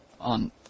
on